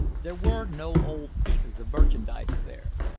there were no old pieces of merchandise there.